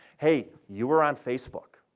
hey, you were on facebook.